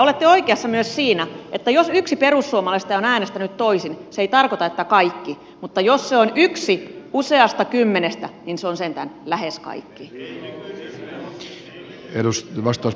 olette oikeassa myös siinä että jos yksi perussuomalaisista on äänestänyt toisin se ei tarkoita että kaikki mutta jos se on yksi useasta kymmenestä niin se on sentään lähes kaikki